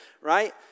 Right